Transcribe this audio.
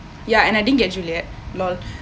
ya and I didn't get juliet LOL